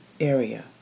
area